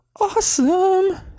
awesome